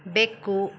ಬೆಕ್ಕು